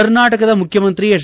ಕರ್ನಾಟಕದ ಮುಖ್ಯಮಂತ್ರಿ ಎಚ್